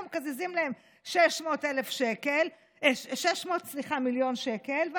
אנחנו מקזזים להם 600 מיליון שקל,